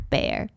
Bear